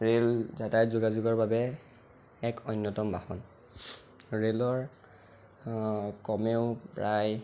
rail এটাই যোগাযোগৰ বাবে এক অন্যতম বাহন ৰে'লৰ ক'মেও প্ৰায়